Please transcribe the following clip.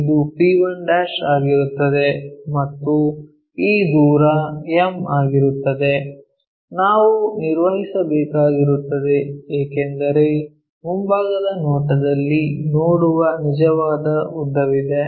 ಇದು p1 ಆಗಿರುತ್ತದೆ ಮತ್ತು ಈ ದೂರ m ಆಗಿರುತ್ತದೆ ನಾವು ನಿರ್ವಹಿಸಬೇಕಾಗಿರುತ್ತದೆ ಏಕೆಂದರೆ ಮುಂಭಾಗದ ನೋಟದಲ್ಲಿ ನೋಡುವ ನಿಜವಾದ ಉದ್ದವಿದೆ